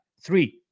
Three